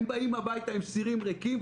הם באים הביתה עם סירים ריקים,